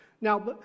Now